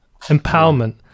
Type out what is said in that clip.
empowerment